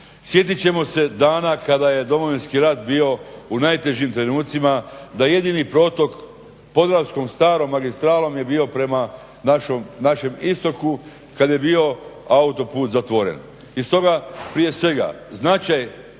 Sjetit ćemo se dana kada je Domovinski rat bio u najtežim trenucima, da jedini protok podravskom starom magistralom je bio prema našem istoku kad je bio autoput zatvoren. I stoga prije svega, značaj